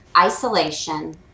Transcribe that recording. isolation